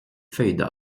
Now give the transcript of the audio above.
feuilles